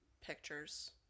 pictures